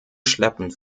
schleppend